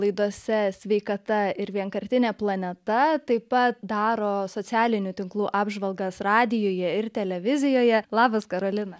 laidose sveikata ir vienkartinė planeta taip pat daro socialinių tinklų apžvalgas radijuje ir televizijoje labas karolina